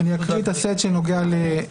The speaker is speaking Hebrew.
15:50) אני אקריא את הסט שנוגע לחוק